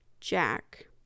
Jack